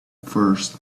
first